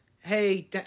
Hey